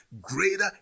Greater